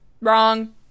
wrong